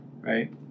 right